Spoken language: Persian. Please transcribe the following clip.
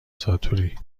ساتوری